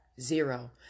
zero